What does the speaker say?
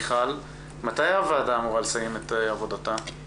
מתי הוועדה אמורה לסיים את עבודתה?